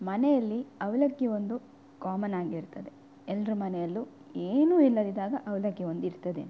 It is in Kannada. ಮನೆಯಲ್ಲಿ ಅವಲಕ್ಕಿ ಒಂದು ಕಾಮನಾಗಿರ್ತದೆ ಎಲ್ಲರ ಮನೆಯಲ್ಲೂ ಏನೂ ಇಲ್ಲದಿದಾಗ ಅವಲಕ್ಕಿ ಒಂದು ಇರ್ತದೆ